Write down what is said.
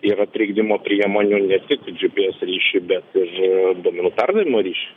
yra trikdymo priemonių ne tik gps ryšiui bet ir duomenų perdavimo ryšiui